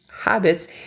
habits